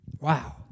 Wow